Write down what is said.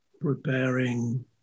preparing